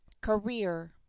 CAREER